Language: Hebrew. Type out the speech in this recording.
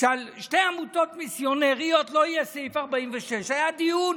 שעל שתי עמותות מיסיונריות לא יהיה סעיף 46. היה דיון,